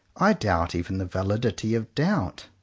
i doubt even the validity of doubt.